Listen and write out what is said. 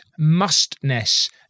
mustness